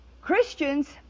Christians